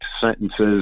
sentences